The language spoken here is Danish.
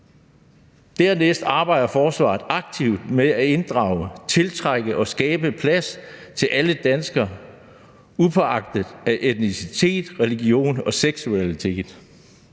Desuden arbejder forsvaret aktivt med at inddrage, tiltrække og skabe plads til alle danskere uanset etnicitet, religion og seksualitet.